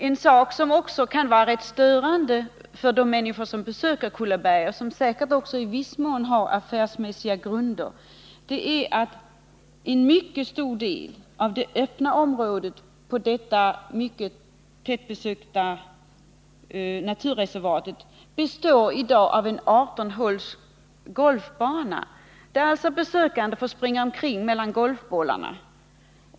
En sak som också kan vara rätt störande för de människor som besöker Kullaberg och som säkert också i viss mån har affärsmässiga grunder är att en mycket stor del av det öppna området på detta mycket tätbesökta naturreservat i dag består av en 18-håls golfbana, där besökande får springa omkring mellan golfbollarna.